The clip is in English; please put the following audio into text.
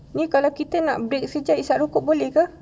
ni kalau kita nak break hisap rokok boleh ke